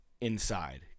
Inside